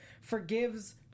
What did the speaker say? forgives